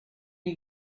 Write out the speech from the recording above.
you